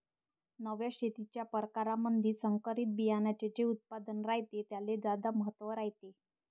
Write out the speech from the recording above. नव्या शेतीच्या परकारामंधी संकरित बियान्याचे जे उत्पादन रायते त्याले ज्यादा महत्त्व रायते